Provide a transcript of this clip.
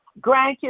grandkids